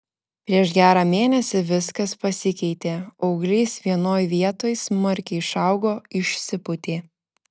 prieš gerą mėnesį viskas pasikeitė auglys vienoj vietoj smarkiai išaugo išsipūtė